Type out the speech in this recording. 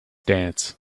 dance